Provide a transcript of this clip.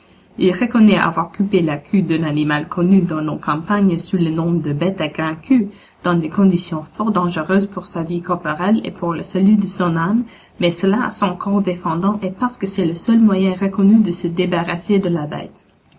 il reconnaît avoir coupé la queue d'un animal connu dans nos campagnes sous le nom de bête à grand'queue dans des conditions fort dangereuses pour sa vie corporelle et pour le salut de son âme mais cela à son corps défendant et parce que c'est le seul moyen reconnu de se débarrasser de la bête